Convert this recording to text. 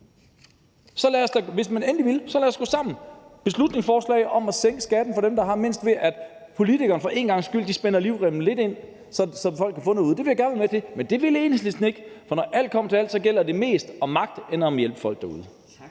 så lad os da gå sammen om et beslutningsforslag om at sænke skatten for dem, der har mindst, ved at politikerne for en gangs skyld spænder livremmen lidt ind, så folk kan få noget derude. Det vil jeg gerne være med til, men det vil Enhedslisten ikke. For når alt kommer til alt, handler det mere om magt end om at hjælpe folk derude.